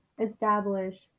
establish